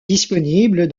disponible